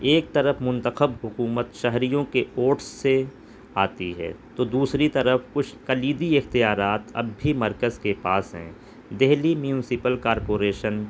ایک طرف منتخب حکومت شہریوں کے ووٹس سے آتی ہے تو دوسری طرف کچھ کلیدی اختیارات اب بھی مرکز کے پاس ہیں دہلی میونسپل کارپوریشن